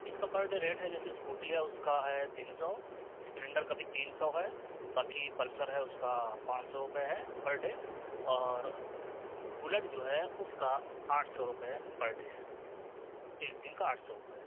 اس کا per day rate ہے جیسے اسکوٹی ہے اس کا ہے تین سو اسپلینڈر کا بھی تین سو ہے باقی پلسر ہے اس کا پانچ سو روپئے ہے پر ڈے اور بلٹ جو ہے اس کا آٹھ سو روپئے پر ڈے ہے ایک دن کا آٹھ سو روپئے